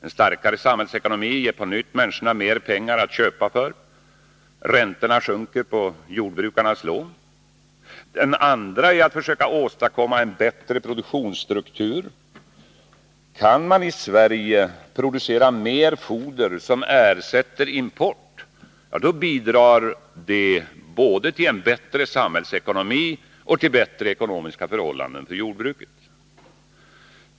En starkare samhällsekonomi ger på nytt människorna mer pengar att köpa livsmedel för, och räntorna på jordbrukarnas lån sjunker. Den andra är att försöka åstadkomma en bättre produktionsstruktur. Kan man i Sverige producera mer foder, som ersätter import, bidrar det både till en bättre samhällsekonomi och till bättre ekonomiska förhållanden för jordbruket.